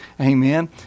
Amen